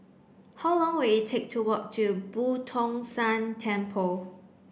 how long will it take to walk to Boo Tong San Temple